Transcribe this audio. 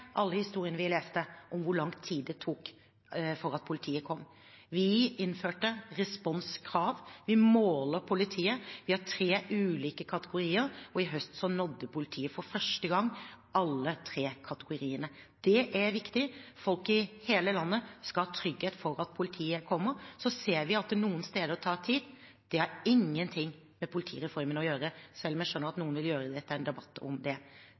alle de historiene vi leste, om hvor lang tid det tok før politiet kom. Vi innførte responskrav. Vi måler politiet. Vi har tre ulike kategorier, og i høst nådde politiet for første gang alle tre kategoriene. Det er viktig. Folk i hele landet skal ha trygghet for at politiet kommer. Så ser vi at det noen steder tar tid. Det har ingenting med politireformen å gjøre, selv om jeg skjønner at noen vil gjøre dette til en debatt om det.